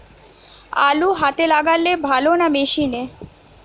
আলু হাতে লাগালে ভালো না মেশিনে?